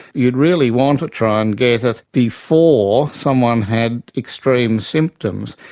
you'd really want to try and get it before someone had extreme symptoms,